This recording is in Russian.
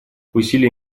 усилия